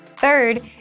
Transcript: Third